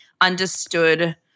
understood